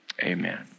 Amen